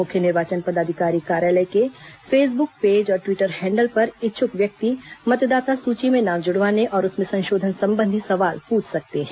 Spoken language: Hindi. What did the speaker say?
मुख्य निर्वाचन पदाधिकारी कार्यालय के फेसबुक पेज और ट्वीटर हैंडल पर इच्छुक व्यक्ति मतदाता सूची में नाम जुड़वाने और उसमें संशोधन संबंधी सवाल पूछ सकते हैं